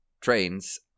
trains